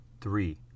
three